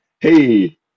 hey